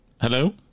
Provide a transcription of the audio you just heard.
Hello